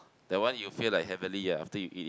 that one you feel like heavenly ah after you eat it